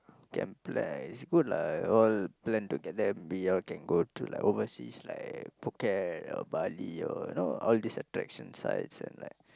can play it's good lah all plan together we all can go to overseas like Phuket or Bali you know all these attraction sites and like